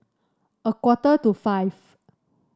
a quarter to five